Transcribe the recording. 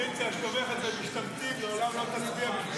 באמת.